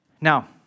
Now